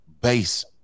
base